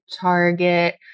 Target